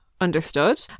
understood